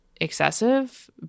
excessive